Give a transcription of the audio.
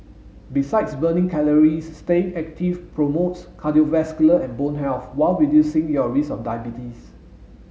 besides burning calories staying active promotes cardiovascular and bone health while reducing your risk of diabetes